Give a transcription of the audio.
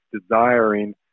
desiring